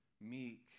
meek